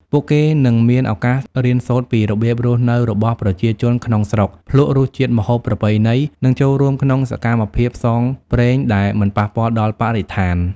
ពួកគេនឹងមានឱកាសរៀនសូត្រពីរបៀបរស់នៅរបស់ប្រជាជនក្នុងស្រុក ភ្លក់រសជាតិម្ហូបប្រពៃណី និងចូលរួមក្នុងសកម្មភាពផ្សងព្រេងដែលមិនប៉ះពាល់ដល់បរិស្ថាន។